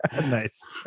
nice